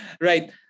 Right